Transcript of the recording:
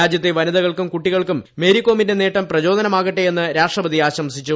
രാജ്യത്തെ വനിതകൾക്കും കുട്ടികൾക്കും മേരികോമിന്റെ നേട്ടം പ്രചോദമാകട്ടെയെന്ന് രാഷ്ട്രപതി ആശംസിച്ചു